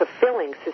fulfilling